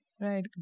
Right